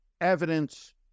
evidence